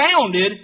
founded